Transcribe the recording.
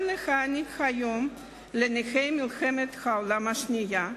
להעניק היום לנכי מלחמת העולם השנייה,